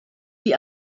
die